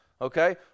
okay